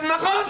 נכון.